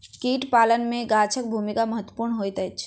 कीट पालन मे गाछक भूमिका महत्वपूर्ण होइत अछि